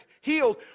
healed